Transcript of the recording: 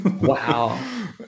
Wow